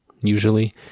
usually